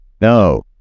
no